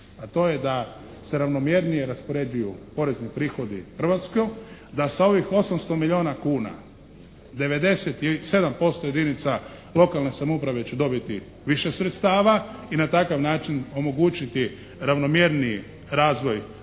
a to je da se ravnomjernije raspoređuju porezni prihodi u Hrvatskoj, da sa ovih 800 milijuna kuna 97% jedinica lokalne samouprave će dobiti više sredstava i na takav način omogućiti ravnomjerniji razvoj Republike